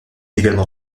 également